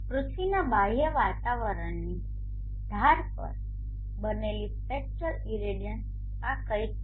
પૃથ્વીના બાહ્ય વાતાવરણની ધાર પર બનેલી સ્પેક્ટ્રલ ઇરેડિયન્સ આ કંઈક છે